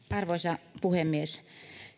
arvoisa puhemies